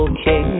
Okay